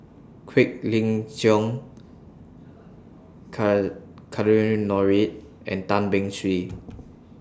Quek Ling Nordin and Tan Beng Swee